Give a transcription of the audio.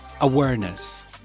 awareness